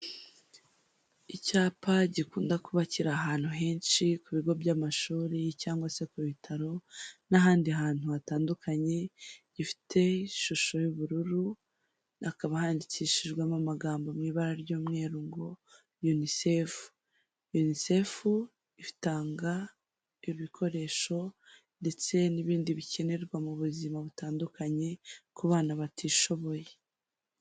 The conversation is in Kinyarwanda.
Icyapa gikunda kuba kiri ahantu henshi ku bigo by'amashuri cyangwa se ku bitaro n'ahandi hantu hatandukanye, gifite ishusho y'ubururu hakaba handikishijwemo amagambo mu ibara ry'umweru ngo yunisefu, yunisefu itanga ibikoresho ndetse n'ibindi bikenerwa mu buzima butandukanye ku bana batishoboye.